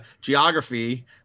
geography